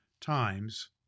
times